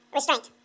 restraint